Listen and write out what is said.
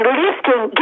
lifting